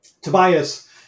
Tobias